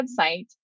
website